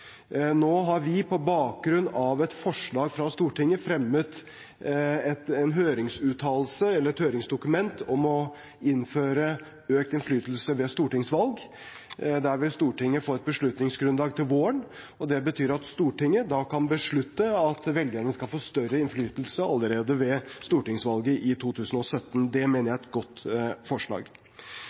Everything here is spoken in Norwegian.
Nå har vi, på bakgrunn av et forslag fra Stortinget, fremmet et høringsdokument om å innføre økt innflytelse ved stortingsvalg. Der vil Stortinget få et beslutningsgrunnlag til våren. Det betyr at Stortinget da kan beslutte at velgerne skal få større innflytelse allerede ved stortingsvalget i 2017. Det mener jeg er et godt forslag.